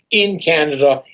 in canada,